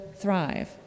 thrive